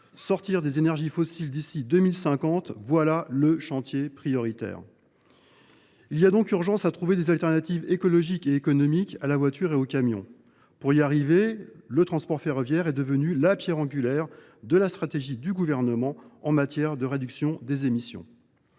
Sortir des énergies fossiles d’ici à 2050, voilà le chantier prioritaire. Il y a donc urgence à trouver des alternatives écologiques et économiques à la voiture et au camion. Pour cela, le transport ferroviaire est devenu la pierre angulaire de la stratégie du Gouvernement en matière de réduction des émissions.